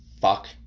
fuck